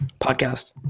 podcast